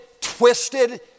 twisted